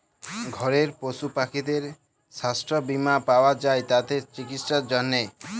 ঘরের পশু পাখিদের ছাস্থ বীমা পাওয়া যায় তাদের চিকিসার জনহে